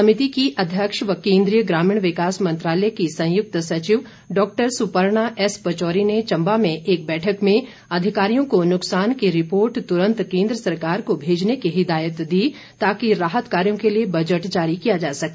समिति की अध्यक्ष व केन्द्रीय ग्रामीण विकास मंत्रालय की संयुक्त सचिव डॉक्टर सूपर्णा एस पचौरी ने चम्बा में एक बैठक में अधिकारियों को नुकसान की रिपोर्ट तुरंत केन्द्र सरकार को भेजने की हिदायत दी ताकि राहत कार्यों के लिए बजट जारी किया जा सके